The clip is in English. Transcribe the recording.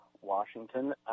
Washington